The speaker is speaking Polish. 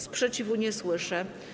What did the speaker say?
Sprzeciwu nie słyszę.